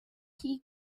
key